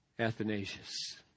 Athanasius